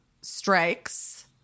strikes